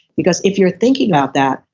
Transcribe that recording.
because if you're thinking about that,